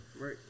right